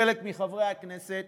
חלק מחברי הכנסת